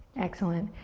excellent.